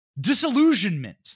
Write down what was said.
disillusionment